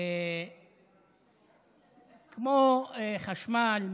כמו חשמל.